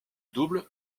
double